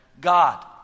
God